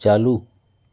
चालू